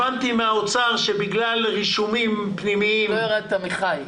הבנתי מהאוצר שבגלל רישומים פנימיים --- לא ירדת מח"י,